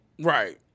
Right